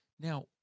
Now